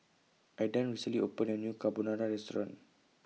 Aidan recently opened A New Carbonara Restaurant